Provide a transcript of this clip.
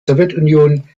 sowjetunion